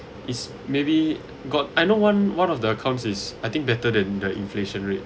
it's maybe got I know one one of their accounts is I think better than the inflation rate